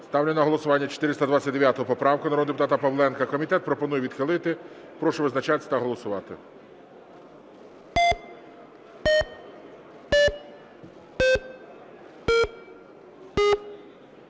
Ставлю на голосування 429 поправку народного депутата Павленка. Комітет пропонує відхилити. Прошу визначатися та голосувати.